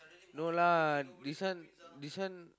no lah this one this one